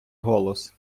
голос